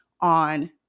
on